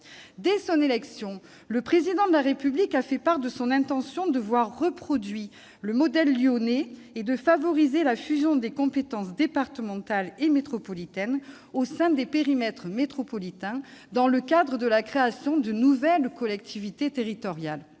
Dès son élection, le Président de la République a fait part de son intention de voir reproduit le modèle lyonnais et de favoriser la fusion des compétences départementales et métropolitaines, au sein des périmètres métropolitains, dans le cadre de la création de nouvelles collectivités territoriales.